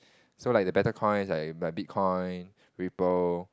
so like the better coins like Bitcoin Ripple